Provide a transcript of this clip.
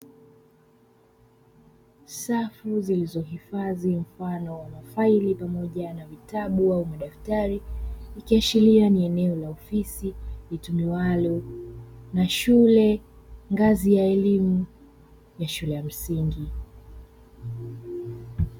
Safu zilizohifadhi mfano wa mafaili pamoja na vitabu au madaftari, ikiashiria ni eneo la ofisi litumiwalo na shule ngazi ya elimu ya shule ya msingi.